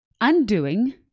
undoing